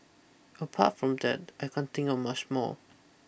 apart from that I can't think of much more